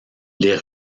les